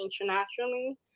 internationally